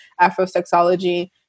Afrosexology